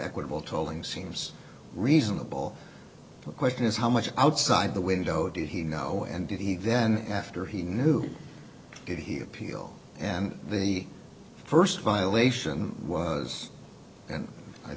equitable tolling seems reasonable to question is how much outside the window did he know and did he then after he knew it he appealed and the first violation was and i